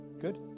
Good